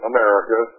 America